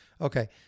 okay